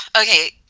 okay